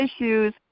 issues